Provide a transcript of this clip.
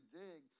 dig